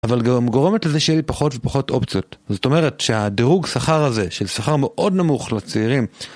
אבל גם גורמת לזה שיהיה לי פחות ופחות אופציות זאת אומרת שהדרוג שכר הזה של שכר מאוד נמוך לצעירים